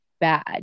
bad